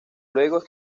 luego